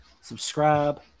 subscribe